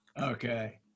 Okay